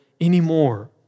anymore